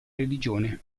religione